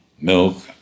milk